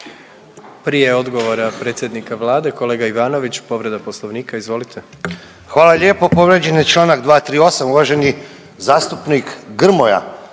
Prije odgovora predsjednika Vlade kolega Ivanović, povreda Poslovnika. Izvolite. **Ivanović, Goran (HDZ)** Hvala lijepo. Povrijeđen je članak 238. Uvaženi zastupnik Grmoja